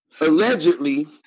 allegedly